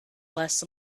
less